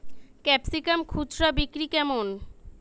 Capsicum খুচরা বিক্রি কেমন?